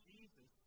Jesus